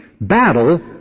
battle